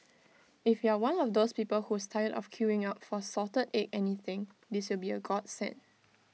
if you are one of those people who's tired of queuing up for salted egg anything this will be A godsend